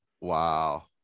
Wow